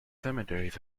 cemeteries